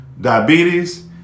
diabetes